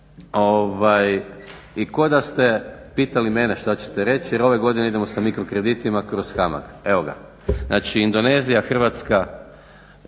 i ko da ste pitali mene šta ćete reći jer ove godine idemo sa mikro kreditima kroz HAMAG. Evo ga, znači Indonezija, Hrvatska,